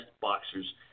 boxers